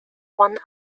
one